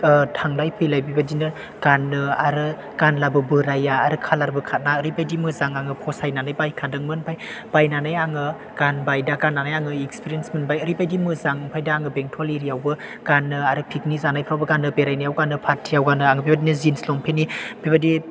थांलाय फैलाय बेबायदिनो गाननो आरो गानब्लाबो बोराया खालारबो खारा ओरैबादि मोजां आं फसायनानै बायखादोंमोन बायनानै आङो गानबाय दा गाननानै आं एक्सपिरियेन्स मोनबाय ओरैबादि मोजां ओमफ्राय दा आं बेंथल एरियायावबो गानो आरो पिकनिक जानायाव बेरायनायावबो गानो फादरियाव गानो आं बेबायदिनो जिन्स लंपेन्तनि बेबायदि